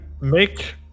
make